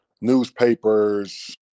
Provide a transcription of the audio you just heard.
newspapers